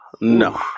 No